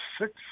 six